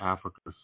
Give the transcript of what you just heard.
Africa